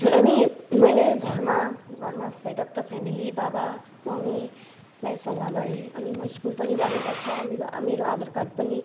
अनि मैले घरमा घरमा हेड अब् द फ्यामिली बाबा मम्मीलाई सल्लाह गरे अनि म स्कुल पनि जानु पर्छ मेरो मेरो आधार कार्ड पनि